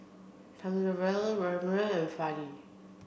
Thamizhavel Raghuram and Fali